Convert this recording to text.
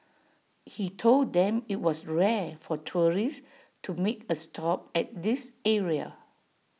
he told them IT was rare for tourists to make A stop at this area